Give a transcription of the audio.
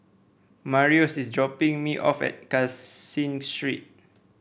Marius is dropping me off at Caseen Street